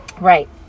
Right